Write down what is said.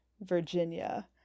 virginia